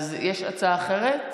יש הצעה אחרת?